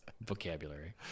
vocabulary